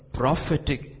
prophetic